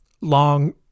Long